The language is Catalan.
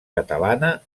catalana